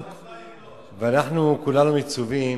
אנחנו כולנו מצווים